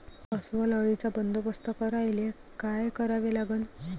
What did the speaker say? अस्वल अळीचा बंदोबस्त करायले काय करावे लागन?